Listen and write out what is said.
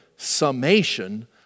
Summation